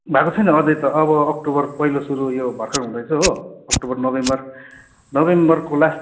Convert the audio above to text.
भएको छैन अझै त अब अक्टोबर पहिलो सुरु यो भर्खर हुँदैछ हो अक्टोबर नोभेम्बर नोभेम्बरको लास्ट